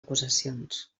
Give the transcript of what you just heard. acusacions